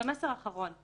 ומסר אחרון.